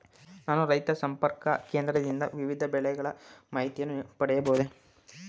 ನಾನು ರೈತ ಸಂಪರ್ಕ ಕೇಂದ್ರದಿಂದ ವಿವಿಧ ಬೆಳೆಗಳ ಮಾಹಿತಿಯನ್ನು ಪಡೆಯಬಹುದೇ?